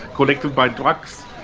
collected by trucks.